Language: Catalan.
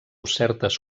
certes